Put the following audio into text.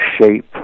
shape